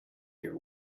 your